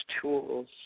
tools